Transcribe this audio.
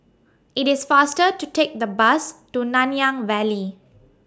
IT IS faster to Take The Bus to Nanyang Valley